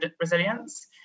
resilience